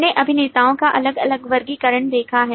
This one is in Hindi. हमने अभिनेताओं का अलग अलग वर्गीकरण देखा है